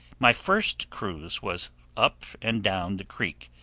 my first cruise was up and down the creek,